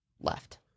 left